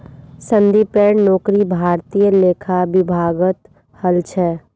संदीपेर नौकरी भारतीय लेखा विभागत हल छ